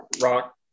Rock